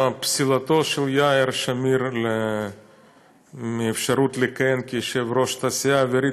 פסילתו של יאיר שמיר מהאפשרות לכהן כיושב-ראש התעשייה האווירית,